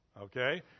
Okay